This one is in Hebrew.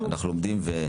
אנחנו לומדים.